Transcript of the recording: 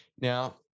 Now